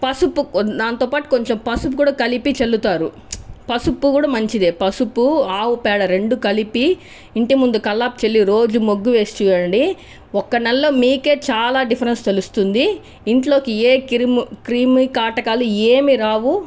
పసుపు దానితో పాటు కంచెం పసుపు కలిపి చల్లుతారు పసుపు కూడా మంచిదే పసుపు ఆవు పేడ రెండు కలిపి ఇంటి ముందు కల్లాపి చల్లి రోజు ముగ్గు వేసి చూడండి ఒక్క నెల్లో మికే చాలా డిఫరెన్స్ తెలుస్తుంది ఇంట్లోకి ఏ క్రిమికాటకాలు ఏమి రావు